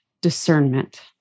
discernment